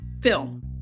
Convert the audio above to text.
film